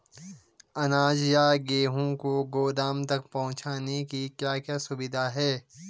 अनाज या गेहूँ को गोदाम तक पहुंचाने की क्या क्या सुविधा है?